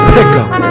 Pickup